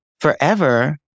forever